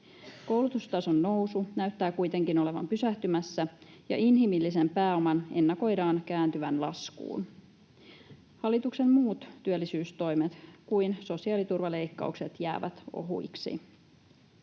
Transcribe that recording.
Koulutustason nousu näyttää kuitenkin olevan pysähtymässä, ja inhimillisen pääoman ennakoidaan kääntyvän laskuun. Hallituksen muut työllisyystoimet kuin sosiaaliturvaleikkaukset jäävät ohuiksi.